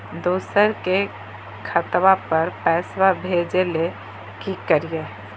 दोसर के खतवा पर पैसवा भेजे ले कि करिए?